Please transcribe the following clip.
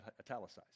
italicized